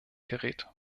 gerät